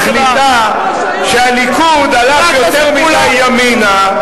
כאשר יושבת-ראש האופוזיציה מחליטה שהליכוד הלך יותר מדי ימינה,